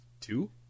two